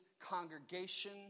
congregation